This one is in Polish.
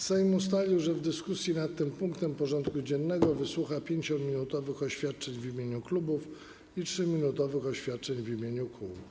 Sejm ustalił, że w dyskusji nad tym punktem porządku dziennego wysłucha 5-minutowych oświadczeń w imieniu klubów i 3-minutowych oświadczeń w imieniu kół.